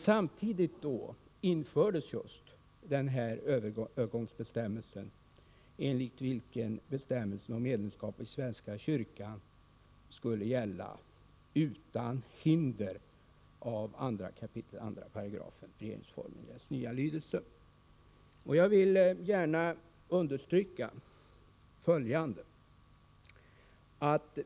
Samtidigt infördes just den övergångsbestämmelse, enligt vilken bestämmelser om medlemskap i svenska kyrkan skulle gälla utan hinder av 2 kap. 2 § regeringsformen i dess nya lydelse. Jag vill gärna understryka följande.